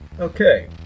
Okay